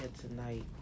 tonight